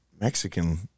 Mexican